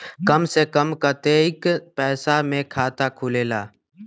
कम से कम कतेइक पैसा में खाता खुलेला?